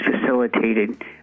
facilitated